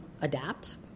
adapt